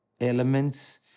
elements